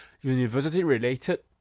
university-related